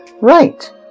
Right